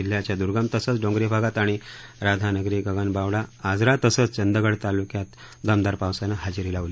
जिल्ह्याच्या दर्गम तसंच डोंगरी भागात आणि राधानगरी गगनबावडा आजरा तसंच चंदगड तालुक्यात दमदार पावसानं हजेरी लावली